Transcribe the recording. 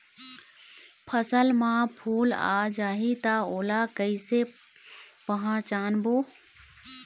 फसल म फूल आ जाही त ओला कइसे पहचानबो?